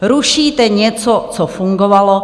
Rušíte něco, co fungovalo.